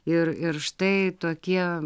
ir ir štai tokie